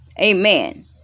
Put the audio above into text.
Amen